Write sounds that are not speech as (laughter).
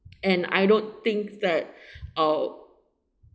and I don't think that (breath) uh